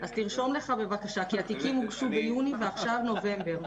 אז תרשום לך בבקשה כי התיקים הוגשו ביוני ועכשיו נובמבר.